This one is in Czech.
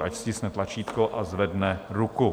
Ať stiskne tlačítko a zvedne ruku.